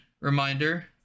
reminder